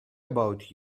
about